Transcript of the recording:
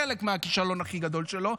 חלק מהכישלון הכי גדול שלו,